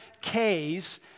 K's